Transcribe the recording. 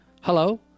Hello